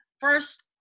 first